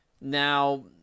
Now